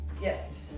Yes